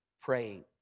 praying